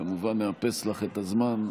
כמובן, נאפס לך את הזמן.